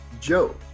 joe